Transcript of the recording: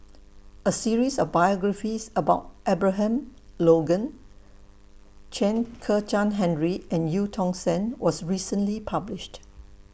A series of biographies about Abraham Logan Chen Kezhan Henri and EU Tong Sen was recently published